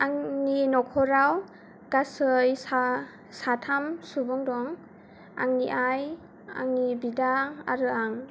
आंनि नखराव गासै सा साथाम सुबुं दं आंनि आइ आंनि बिदा आरो आं